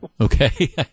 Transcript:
Okay